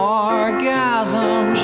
orgasm